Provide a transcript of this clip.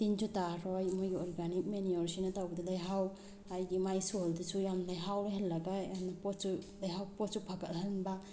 ꯇꯤꯟꯁꯨ ꯇꯥꯔꯔꯣꯏ ꯃꯣꯏꯒꯤ ꯑꯣꯔꯒꯥꯅꯤꯛ ꯃꯦꯅꯤꯌꯣꯔꯁꯤꯅ ꯇꯧꯕꯗ ꯂꯩꯍꯥꯎ ꯍꯥꯏꯗꯤ ꯃꯥꯏ ꯁꯣꯏꯜꯗꯁꯨ ꯌꯥꯝ ꯂꯩꯍꯥꯎ ꯂꯩꯍꯜꯂꯒ ꯌꯥꯝꯅ ꯄꯣꯠꯁꯨ ꯂꯩꯍꯥꯎ ꯄꯣꯠꯁꯨ ꯐꯒꯠꯍꯟꯕ